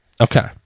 okay